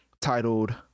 titled